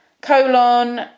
colon